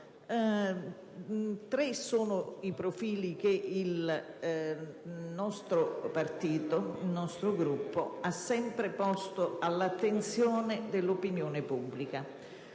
Tre sono i profili che il nostro Gruppo ha sempre posto all'attenzione dell'opinione pubblica.